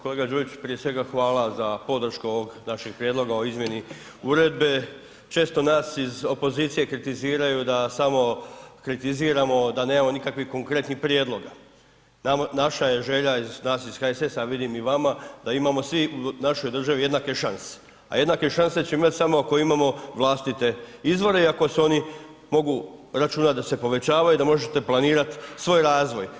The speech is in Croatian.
Kolega Đujić, prije svega hvala za podršku ovog našeg Prijedloga o izmjeni Uredbe, često nas iz opozicije kritiziraju da samo kritiziramo, da nemamo nikakvih konkretnih prijedloga, naša je želja, nas iz HSS-a, a vidim i vama, da imamo svi u našoj državi jednake šanse, a jednake šanse ćemo imati samo ako imamo vlastite izvore i ako se oni mogu računat da se povećavaju, da možete planirat svoj razvoj.